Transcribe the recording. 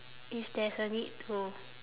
if there's a need to